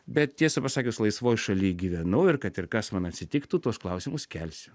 bet tiesą pasakius laisvoj šaly gyvenu ir kad ir kas man atsitiktų tuos klausimus kelsiu